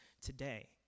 today